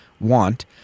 want